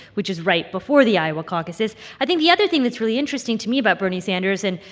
which is right before the iowa caucuses. i think the other thing that's really interesting to me about bernie sanders and,